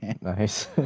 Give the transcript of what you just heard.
Nice